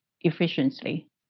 efficiently